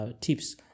tips